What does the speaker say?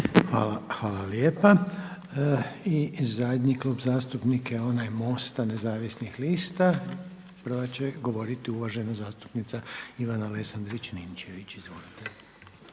Hvala lijepa. I zadnji Klub zastupnika je onaj MOST-a Nezavisnih lista. Prva će govoriti uvažena zastupnica Ivana Lesandrić-Ninčević. Izvolite.